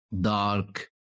dark